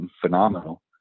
phenomenal